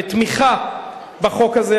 בחוק הזה.